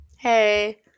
Hey